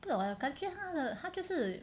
不懂 eh 我感觉他的他就是